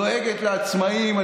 דואגת לעצמאים.